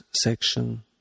section